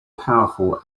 powerful